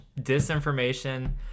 disinformation